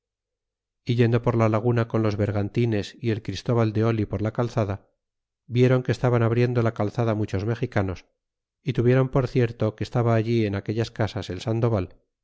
yendo por la laguna con los bergantines y el christóbal de oli por la calzada vieron que estaban abriendo la calzada muchos mexicanos y tuvieron por cierto que estaba ahí en aquellas casas el sandoval